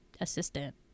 assistant